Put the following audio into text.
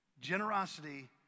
Generosity